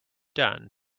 done